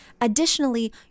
additionally